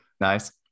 Nice